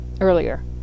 earlier